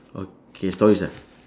okay stories ah